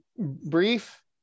brief